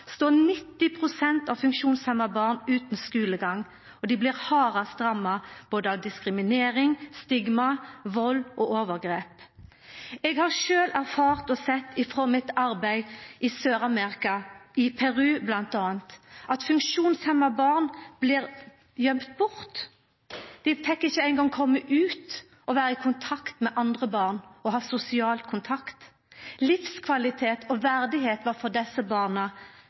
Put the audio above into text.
står 90 pst. av funksjonshemma barn utan skulegang, og dei blir hardast ramma av både diskriminering, stigma, vald og overgrep. Eg har sjølv erfart og sett frå mitt arbeid i Sør-Amerika, i Peru bl.a., at funksjonshemma barn blir gøymde bort. Dei fekk ikkje eingong koma ut og vera i kontakt med andre barn og ha sosial kontakt. Livskvalitet og verdigheit var for desse barna